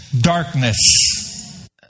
Darkness